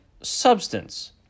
substance